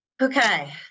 Okay